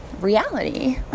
reality